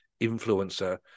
influencer